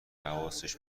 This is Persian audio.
حواسش